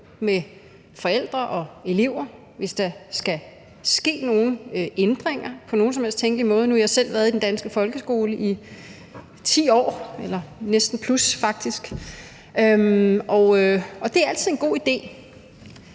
med forældre og elever, hvis der skal ske nogle ændringer på nogen som helst tænkelig måde – nu har jeg selv været i den danske folkeskole i 10 år, næsten 10+ faktisk – og det er altid en god idé.